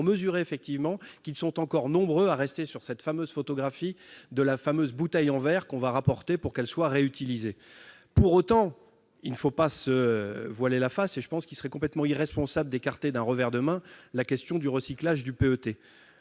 pour comprendre qu'ils sont encore nombreux à rester sur la photographie de la fameuse bouteille en verre que l'on va rapporter pour qu'elle soit réutilisée. Pour autant, il ne faut pas se voiler la face. Il serait complètement irresponsable d'écarter d'un revers de main la question du recyclage du PET,